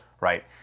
right